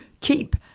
keep